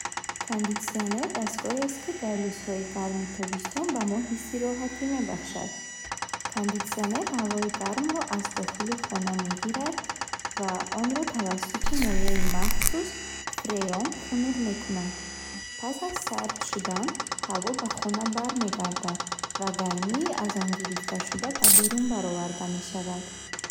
Кондитсионер дастгоҳест, ки дар рӯзҳои гарми тобистон ба мо ҳисси роҳатӣ мебахшад. Кондитсионер ҳавои гармро аз дохили хона мегирад ва онро тавассути моеъи махсус фреон хунук мекунад. Пас аз сард шудан, ҳаво ба хона бармегардад, ва гармии аз он гирифташуда ба берун бароварда мешавад.